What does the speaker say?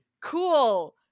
cool